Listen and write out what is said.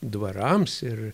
dvarams ir